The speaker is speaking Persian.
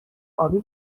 ابی